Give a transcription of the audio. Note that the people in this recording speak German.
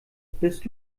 bis